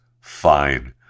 fine